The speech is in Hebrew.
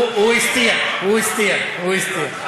הוא הסתיר, הוא הסתיר, הוא הסתיר.